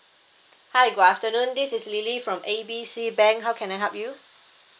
hi good afternoon this is lily from A B C bank how can I help you